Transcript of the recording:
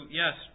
yes